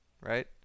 Right